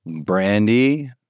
Brandy